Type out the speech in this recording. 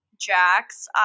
Jax